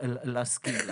להסכים לו.